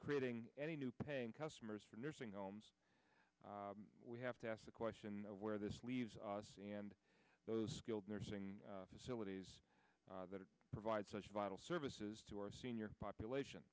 creating any new paying customers for nursing homes we have to ask the question of where this leaves us and those skilled nursing facilities that provide such vital services to our senior population